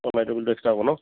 অঁ লাইটৰ বিলটো এক্সট্ৰা হ'ব ন